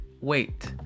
Wait